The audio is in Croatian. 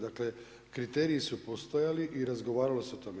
Dakle, kriteriji su postojali i razgovaralo se o tome.